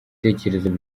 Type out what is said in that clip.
ibitekerezo